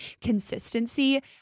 consistency